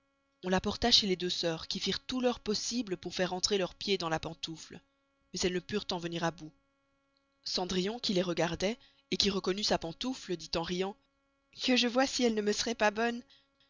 on la porta chez les deux sœurs qui firent tout leur possible pour faire entrer leur pied dans la pentoufle mais elles ne purent en venir à bout cendrillon qui les regardoit qui reconnut sa pantoufle dit en riant que je voye si elle ne me serait pas bonne